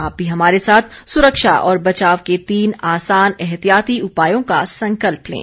आप भी हमारे साथ सुरक्षा और बचाव के तीन आसान एहतियाती उपायों का संकल्प लें